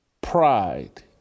pride